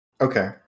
Okay